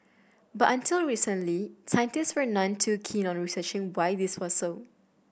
but until recently scientists were none too keen on researching why this was so